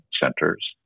centers